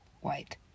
White